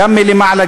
גם מלמעלה,